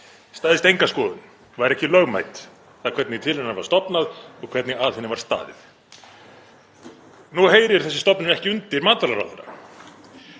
stenst enga skoðun, væri ekki lögmæt, það hvernig til hennar var stofnað og hvernig að henni var staðið. Nú heyrir þessi stofnun ekki undir matvælaráðherra